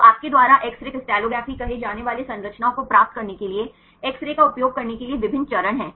तो आपके द्वारा एक्स रे क्रिस्टलोग्राफी कहे जाने वाले संरचनाओं को प्राप्त करने के लिए एक्स रे का उपयोग करने के लिए विभिन्न चरण हैं